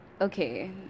okay